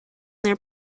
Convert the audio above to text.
their